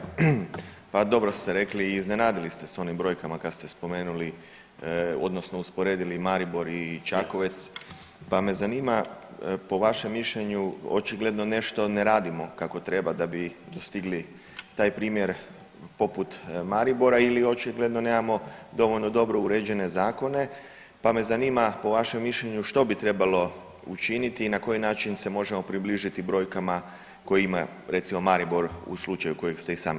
Poštovani kolega, pa dobro ste rekli i iznenadili ste s onim brojkama kad ste spomenuli odnosno usporedili Maribor i Čakovec, pa me zanima po vašem mišljenje očigledno nešto ne radimo kako treba da bi stigli taj primjer poput Maribora ili očigledno nemamo dovoljno dobro uređene zakone, pa me zanima po vašem mišljenju što bi trebalo učiniti i na koji način se možemo približiti brojkama koje ima recimo Maribor u slučaju kojeg ste i sami spomenuli.